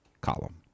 column